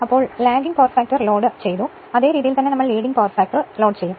ഞങ്ങൾ lagging power factor load ചെയ്തു അതേ രീതിയിൽ തന്നെ നമ്മൾ ലീഡിങ് പവർ ഫാക്ടർ ചെയ്യും